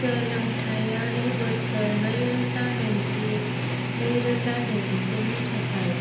सोलोंथायारि बोसोर नैरोजा नैजि नैरोजा नैजिसे नि थाखाय